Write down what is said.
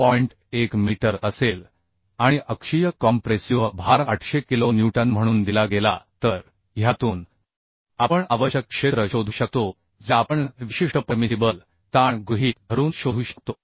1 metre असेल आणि अक्षीय कॉम्प्रेसिव्ह भार 800 किलो न्यूटन म्हणून दिला गेला तर ह्यातून आपण आवश्यक क्षेत्र शोधू शकतो जे आपण विशिष्ट परमिसिबल ताण गृहीत धरून शोधू शकतो